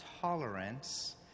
tolerance